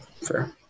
Fair